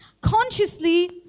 consciously